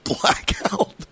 blackout